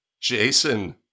Jason